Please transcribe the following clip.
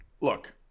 Look